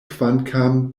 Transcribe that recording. kvankam